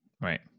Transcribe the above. Right